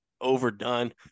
overdone